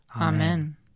Amen